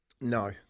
No